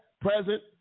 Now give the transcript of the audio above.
present